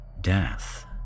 Death